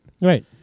Right